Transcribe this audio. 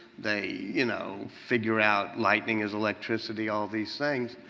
they, you know, figure out lightning is electricity, all these things.